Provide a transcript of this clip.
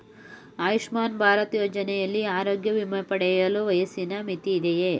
ಆಯುಷ್ಮಾನ್ ಭಾರತ್ ಯೋಜನೆಯಲ್ಲಿ ಆರೋಗ್ಯ ವಿಮೆ ಪಡೆಯಲು ವಯಸ್ಸಿನ ಮಿತಿ ಇದೆಯಾ?